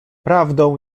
prawdą